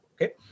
okay